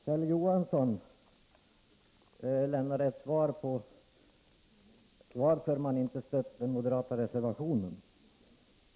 Kjell Johansson lämnade ett besked om varför inte folkpartiet har stött den moderata reservationen.